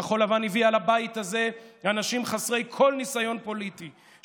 כחול לבן הביאה לבית הזה אנשים חסרי כל ניסיון פוליטי,